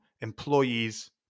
employees